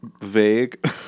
vague